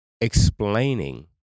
explaining